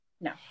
No